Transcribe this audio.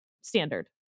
standard